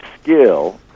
skill